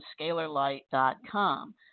ScalarLight.com